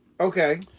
Okay